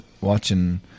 watching